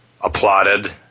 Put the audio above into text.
applauded